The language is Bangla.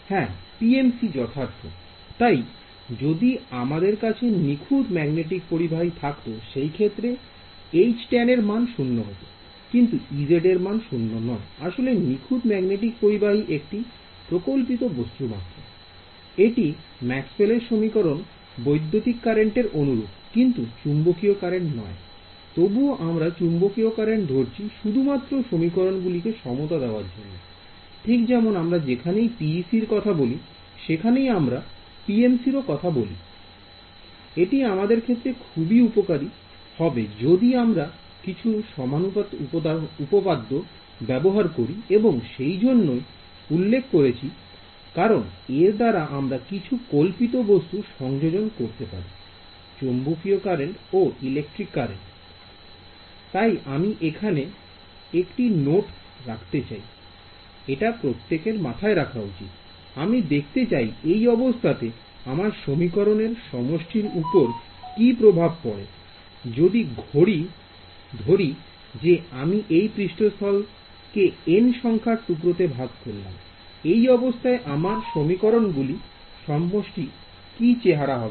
হ্যাঁ PMC যথার্থ I তাই যদি আমাদের কাছে নিখুঁত ম্যাগনেটিক পরিবাহী থাকতো সেই ক্ষেত্রে এর মান 0 I কিন্তু এর মান 0 নয় I আসলে নিখুঁত ম্যাগনেটিক পরিবাহী একটি প্রকল্পিত বস্তু মাত্র I এটি ম্যাক্স ওয়েল সমীকরণ বৈদ্যুতিক কারেন্টের অনুরূপ কিন্তু চুম্বকীয় কারেন্ট নয় I তবুও আমরা চুম্বকীয় কারেন্ট ধরেছি শুধুমাত্র সমীকরণ গুলিকে সমতা দেওয়ার জন্য I ঠিক যেমন আমরা যেখানেই PEC র কথা বলি সেখানেই আমরা PMC র ও কথা বলি I এটি আমাদের ক্ষেত্রে খুবই উপকারী হবে যদি আমরা কিছু সমানুতা উপপাদ্য ব্যবহার করি এবং সেই জন্যই উল্লেখ করেছি কারণ এর দ্বারা আমরা কিছু কল্পিত বস্তুর সংযোজন করতে পারি I চুম্বকীয় কারেন্ট ও ইলেকট্রিক কারেন্ট তাই আমি এখানে একটি নোট রাখতে চাই আমি দেখতে চাই এই অবস্থা তে আমার সমীকরণের সমষ্টি উপর কি প্রভাব পড়ে I যদি ঘড়ি যে আমি এই পৃষ্ঠতল কে N সংখ্যার টুকরোতে ভাগ করলাম I এই অবস্থায় আমার সমীকরণ গুলির সমষ্টি কি চেহারা হবে